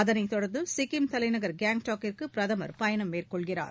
அதைத்தொடர்ந்து சிக்கிம் தலைநகர் காங்டாக்கிற்கு பிரதமர் பயணம் மேற்கொள்கிறார்